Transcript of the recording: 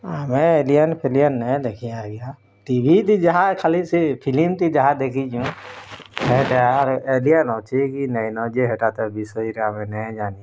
ଆମେ ଏଲିଆନ୍ଫେଲିଆନ୍ ନାଇଁ ଦେଖି ଆଜ୍ଞା ଟିଭି ଦି ଯାହା ଖାଲି ସେଇ ଫିଲ୍ମଟି ଯାହା ଦେଖିଛୁଁ ହେ ଯାହାର ଏଲିଆନ୍ ଅଛି କି ନାଇଁନ ଯେ ହେଟା ତ ବିଷୟରେ ଆମେ ନାଇଁ ଜାନି